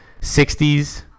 60s